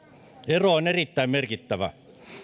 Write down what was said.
ero on erittäin merkittävä